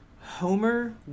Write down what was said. Homer